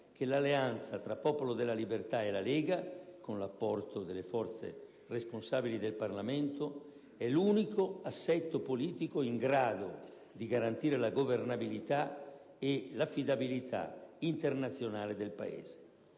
che l'alleanza tra Popolo della Libertà e Lega, con l'apporto delle forze responsabili del Parlamento, è l'unico assetto politico in grado di garantire la governabilità e l'affidabilità internazionale del Paese.